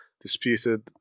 disputed